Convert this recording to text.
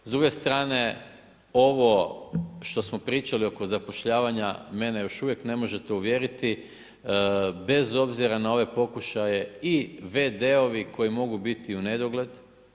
S druge strane, ovo što smo pričali oko zapošljavanja, mene još uvijek ne možete uvjeriti bez obzira na ove pokušaje i v.d.-ovi koji mogu biti u nedogled.